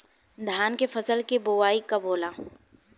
धान के फ़सल के बोआई कब होला?